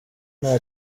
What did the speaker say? nta